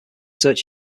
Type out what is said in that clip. search